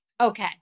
Okay